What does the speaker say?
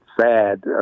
sad